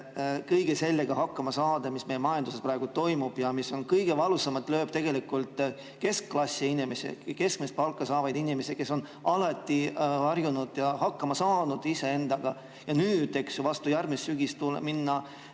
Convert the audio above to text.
kõige sellega hakkama saada, mis meie majanduses praegu toimub ja mis kõige valusamalt lööb tegelikult keskklassi inimesi, keskmist palka saavaid inimesi, kes on alati harjunud iseendaga hakkama saama, aga nüüd vastu järgmist sügist vist